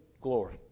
glory